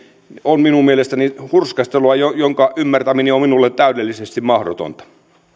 on minun mielestäni hurskastelua jonka jonka ymmärtäminen on minulle täydellisesti mahdotonta